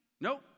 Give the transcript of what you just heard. Nope